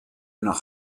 nach